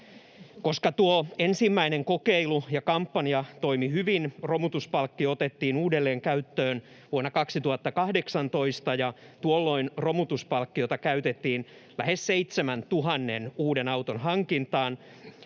Koska tuo ensimmäinen kokeilu ja kampanja toimivat hyvin, romutuspalkkio otettiin uudelleen käyttöön vuonna 2018. Tuolloin romutuspalkkiota käytettiin lähes 7 000 uuden auton hankintaan,